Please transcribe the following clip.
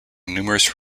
numerous